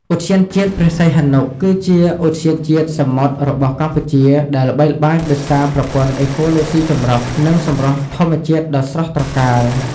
ឧទ្យានជាតិព្រះសីហនុ គឺជាឧទ្យានជាតិសមុទ្ររបស់កម្ពុជា ដែលល្បីល្បាញដោយសារប្រព័ន្ធអេកូឡូស៊ីចម្រុះ និងសម្រស់ធម្មជាតិដ៏ស្រស់ត្រកាល។